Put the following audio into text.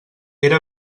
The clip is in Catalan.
era